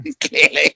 Clearly